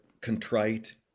contrite